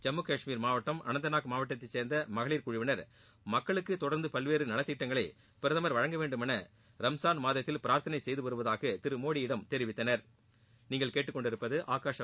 ஜம்மு கஷ்மீர் மாவட்டம் அனந்தநாக் மாவட்டத்தைச் சேர்ந்த மகளிர் குழுவினர் மக்களுக்கு தொடர்ந்து பல்வேறு நலத்திட்டங்களை பிரதமா் வழங்க வேண்டுமென ரம்ஸான் மாதத்தில் பிராா்த்தனை செய்து வருவதாக திரு மோடியிடம் தெரிவித்தனா்